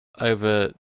over